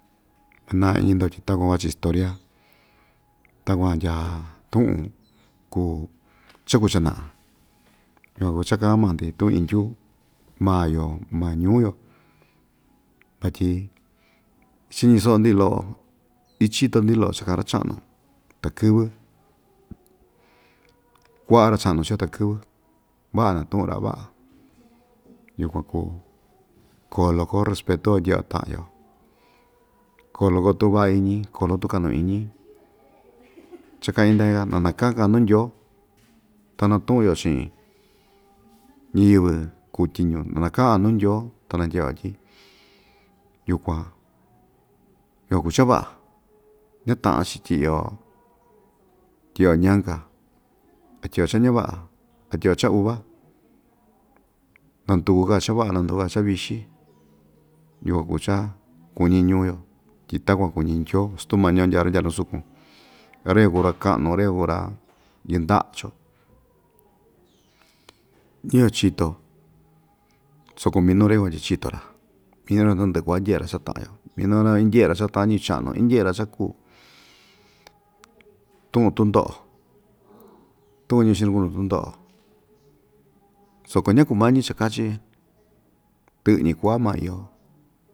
Manaa iñi‑ndo tyi takuan vachi historia takuan ndya tu'un kuu chakuu chana'a yukuan kuu cha‑ka'an maa‑ndi tu'un indyu maa‑yo maa ñuu‑yo vatyi ichiñi so'o‑ndi lo'o ichito‑ndi lo'o cha‑ka'an ra‑cha'nu takɨ́vɨ kua'a ra‑cha'nu ichiyo takɨ́vɨ va'a natu'un‑ra va'a yukuan kuu koo loko respetuo ndye'e‑yo ta'an‑yo koo loko tu'un va'a iñi koo loko tu'un ka'nu iñi cha‑ka'in ndañika na nakakan‑yo nuu ndyoo ta natu'un‑yo chi'in ñiyɨvɨ kuu tyiñu na naka'an‑yo nuu ndyoo ta nandye'e‑yo tyi yukuan yukuan kuu cha va'a ñata'an‑chi tyi'i‑yo tyi'i‑yo ñanka a tyi'i‑yo cha ñava'a a tyi'i‑yo cha uva nandukuka‑yo cha va'a nandukuka‑yo chavixi yukuan kuu cha kuñi ñuu‑yo tyi takuan kuñi ndyoo stumañio ndya ra‑ndya nusukun ra‑yukuan kuu ra‑ka'nu ra‑yukuan kuu‑ra yɨnda'a chio ñayo chito soko minu ra‑yukuan tyi chito‑ra tandɨ'ɨ ku'va ndye'e‑ra cha‑ta'an‑yo minu‑ra van indye'e‑ra cha ta'an ñɨvɨ cha'nu indye'e‑ra cha kuu tu'un tundo'o tu'un ndukunu tundo'o soko ñakumañí chakachi ndɨ'ɨ‑ñi ku'a maa iyo.